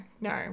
No